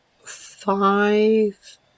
five